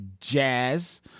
jazz